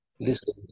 listen